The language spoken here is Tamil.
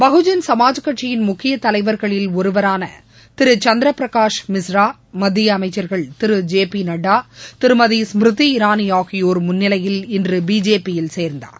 பகுஜன் சமாஜ் கட்சியின் முக்கிய தலைவர்களில் ஒருவரான சந்திரபிரகாஷ் மிஸ்ரா மத்திய அமைச்சர்கள் ஜே நட்டா திருமதி ஸ்மிருதி இரானி ஆகியோர் முன்னிலையில் இன்று பிஜேபியில் சேர்ந்தார்